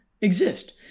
exist